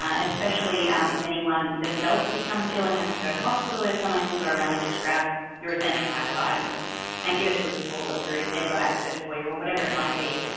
ah especially if anyone themselves becomes ill and has to go to hospital if someone can go around and just grab your essential pack of items and give it to support worker if they've got access for you, or whatever it might be,